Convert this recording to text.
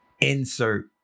insert